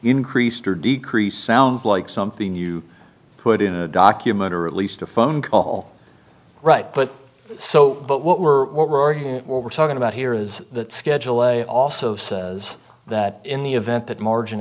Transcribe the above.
increased or decreased sounds like something you put in a document or at least a phone call right but so but what we're what we're talking about here is that schedule a also says that in the event that margin